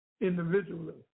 individually